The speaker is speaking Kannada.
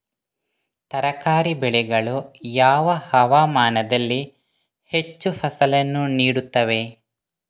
ತರಕಾರಿ ಬೆಳೆಗಳು ಯಾವ ಹವಾಮಾನದಲ್ಲಿ ಹೆಚ್ಚು ಫಸಲನ್ನು ನೀಡುತ್ತವೆ?